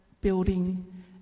building